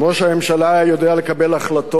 אם ראש הממשלה היה יודע לקבל החלטות,